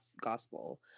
gospel